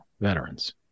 veterans